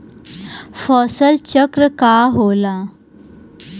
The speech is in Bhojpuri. फसल चक्र का होला?